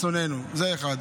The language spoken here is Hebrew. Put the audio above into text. חבר הכנסת אזולאי.